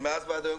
אבל מאז ועד היום,